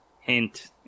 Hint